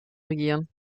regieren